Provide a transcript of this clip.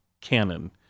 canon